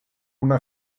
una